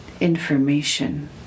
information